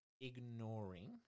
ignoring